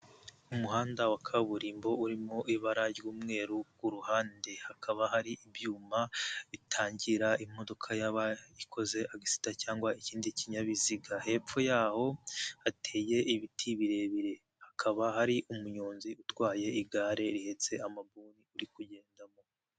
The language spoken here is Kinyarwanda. Umuhanda wa kaburimbo uri mu ibara ry'umweru, ku ruhande hakaba hari ibyuma bitangira imodoka yabaabayikoze axsita cyangwa ikindi kinyabiziga, hepfo yaho hateye ibiti birebire hakaba hari umunyonzi utwaye igare rihetse amabuni uri kugendamo.